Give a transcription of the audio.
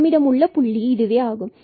நம்மிடம் உள்ள புள்ளி ஆகும்